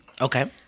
Okay